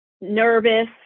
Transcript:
nervous